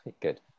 Good